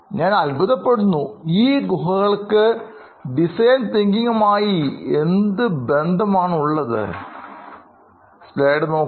ഞാൻ അത്ഭുതപ്പെടുന്നു ഈ ഗുഹകൾക്ക് ഡിസൈൻ തിങ്കിംഗ്മായി എന്ത് ബന്ധമാണുള്ളത്എന്ത്